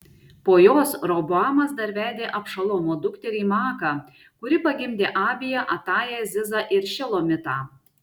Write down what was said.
po jos roboamas dar vedė abšalomo dukterį maaką kuri pagimdė abiją atają zizą ir šelomitą